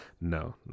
No